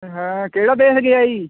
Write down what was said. ਹਾਂ ਕਿਹੜਾ ਦੇਸ਼ ਗਿਆ ਜੀ